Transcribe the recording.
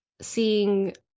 seeing